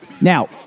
Now